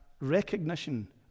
recognition